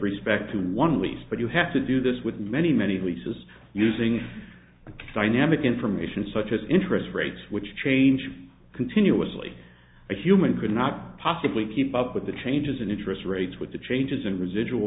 respect to one lease but you have to do this with many many leases using dynamic information such as interest rates which change continuously a human could not possibly keep up with the changes in interest rates with the changes and residual